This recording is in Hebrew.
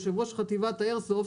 יושב-ראש חטיבת איירסופט,